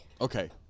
Okay